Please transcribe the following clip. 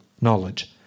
knowledge